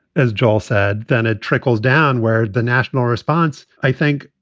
as joel said, then it trickles down where the national response, i think,